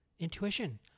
intuition